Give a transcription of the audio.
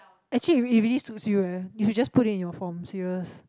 actually it it really suits you eh you should just put it in your form serious